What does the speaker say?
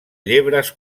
llebres